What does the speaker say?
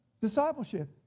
discipleship